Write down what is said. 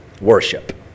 Worship